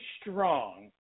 strong